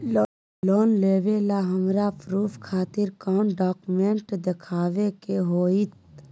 Loan लेबे ला हमरा प्रूफ खातिर कौन डॉक्यूमेंट देखबे के होतई?